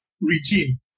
regime